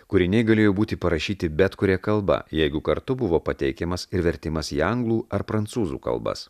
kūriniai galėjo būti parašyti bet kuria kalba jeigu kartu buvo pateikiamas ir vertimas į anglų ar prancūzų kalbas